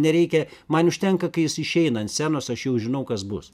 nereikia man užtenka kai jis išeina ant scenos aš jau žinau kas bus